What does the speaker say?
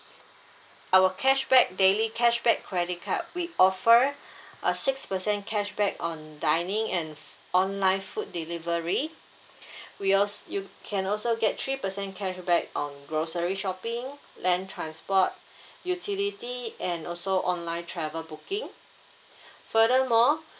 our cashback daily cashback credit card we offer a six percent cashback on dining and f~ online food delivery we als~ you can also get three percent cashback on grocery shopping land transport utility and also online travel booking furthermore